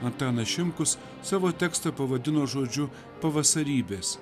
antanas šimkus savo tekstą pavadino žodžiu pavasarybės